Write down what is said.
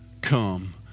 come